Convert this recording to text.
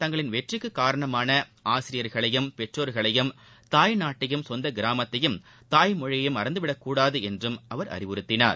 தங்களின் வெற்றிக்குகாரணமானஆசிரியர்களையும் பெற்றோர்களையும் இருப்பினும் சொந்தகிராமத்தையும் தாய்மொழியையும் மறந்துவிடக் தாய்நாட்டையும் கூடாதுஎன்றும் அவர் அறிவுறுத்தினார்